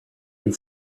had